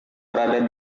berada